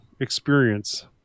experience